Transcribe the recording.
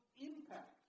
impact